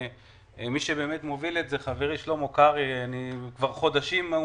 מי שמוביל את זה חברי שלמה קרעי כבר חודשים הוא